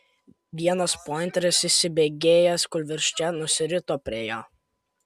vienas pointeris įsibėgėjęs kūlvirsčia nusirito prie jo